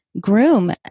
groom